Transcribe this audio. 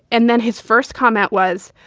and then his first comment was,